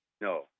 No